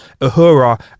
Uhura